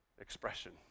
expression